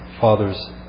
father's